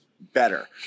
better